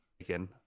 again